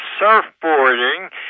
surfboarding